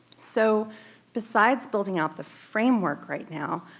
so besides building out the framework right now,